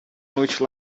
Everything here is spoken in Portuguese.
noite